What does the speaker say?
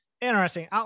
interesting